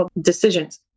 decisions